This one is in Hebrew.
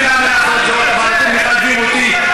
ואתם מכבדים אותי,